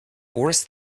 boris